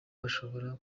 bashobora